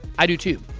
i do, too.